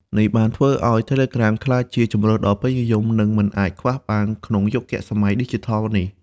នេះបានធ្វើឲ្យ Telegram ក្លាយជាជម្រើសដ៏ពេញនិយម និងមិនអាចខ្វះបានក្នុងយុគសម័យឌីជីថលនេះ។